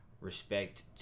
respect